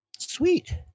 Sweet